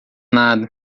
nada